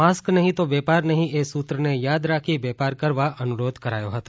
mask નહીં તો વેપાર નહીં એ સૂત્રને યાદ રાખી વેપાર કરવા અનુરોધ કર્યો હતો